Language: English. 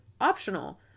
optional